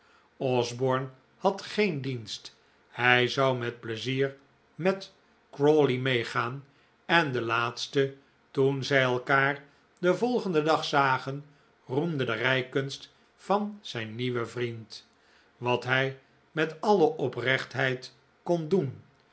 osborne had geen dienst hij zou met plezier met crawley mee gaan en de laatste toen zij elkaar den volgenden dag zagen roemde de rijkunst van zijn nieuwen vriend wat hij met alle oprechtheid kon doen